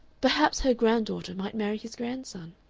perhaps her granddaughter might marry his grandson.